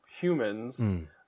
humans